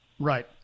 Right